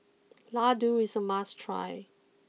Ladoo is a must try